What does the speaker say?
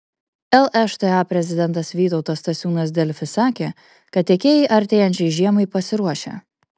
lšta prezidentas vytautas stasiūnas delfi sakė kad tiekėjai artėjančiai žiemai pasiruošę